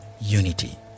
unity